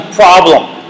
problem